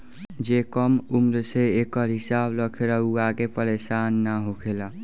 जे कम उम्र से एकर हिसाब रखेला उ आगे परेसान ना होखेला